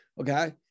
Okay